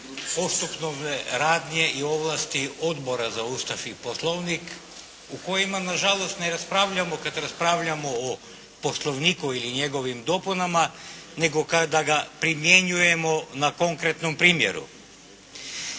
postupovne radnje i ovlasti Odbora za Ustav i Poslovnik u kojima na žalost ne raspravljamo kad raspravljamo o Poslovniku ili njegovim dopunama, nego kada ga primjenjujemo na konkretnom primjeru.